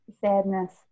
sadness